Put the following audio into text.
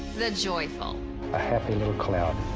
the joyful a happy little cloud.